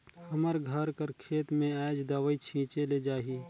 हमर घर कर खेत में आएज दवई छींचे ले जाही